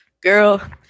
girl